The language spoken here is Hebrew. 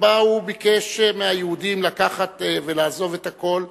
שבה הוא ביקש מהיהודים לקחת ולעזוב את הכול,